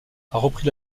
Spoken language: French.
repris